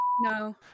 No